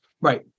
Right